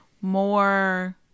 more